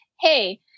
Hey